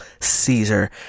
Caesar